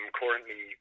currently